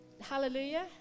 hallelujah